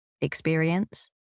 experience